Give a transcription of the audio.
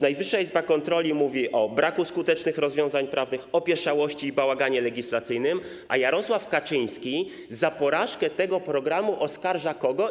Najwyższa Izba Kontroli mówi o braku skutecznych rozwiązań prawnych, opieszałości i bałaganie legislacyjnym, a Jarosław Kaczyński za porażkę tego programu oskarża kogo?